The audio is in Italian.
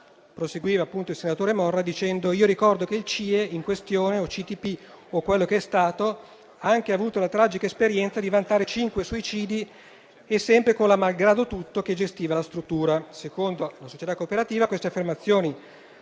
Proseguiva il senatore Morra dicendo: «Io ricordo che il C.I.E. in questione o C.T.P. o quello che è stato ha anche avuto la tragica esperienza di vantare 5 suicidi e sempre con la Malgrado Tutto che gestiva la struttura». Secondo la società cooperativa queste affermazioni